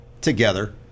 together